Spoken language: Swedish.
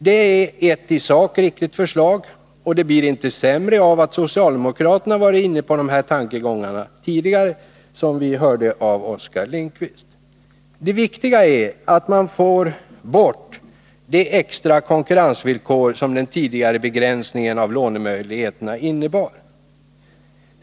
Det är ett i sak riktigt förslag, och det blir inte sämre av att socialdemokraterna varit inne på de här tankegångarna tidigare, som vi hörde av Oskar Lindkvist. Det viktiga är att man får bort det extra konkurrensvillkor som den tidigare begränsningen av lånemöjligheterna innebar.